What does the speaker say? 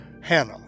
Hannah